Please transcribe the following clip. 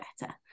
better